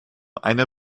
eine